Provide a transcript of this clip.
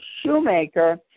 Shoemaker